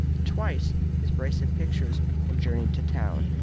twice his brace of pictures had journeyed to town,